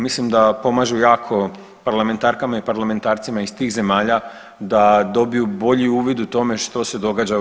Mislim da pomažu jako parlamentarkama i parlamentarcima iz tih zemalja da dobiju bolji uvid u tome što se događa u EU.